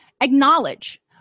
Acknowledge